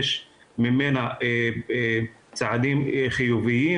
יש ממנה צדדים חיוביים